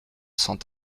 cent